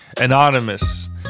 Anonymous